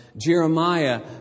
Jeremiah